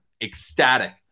ecstatic